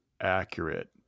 accurate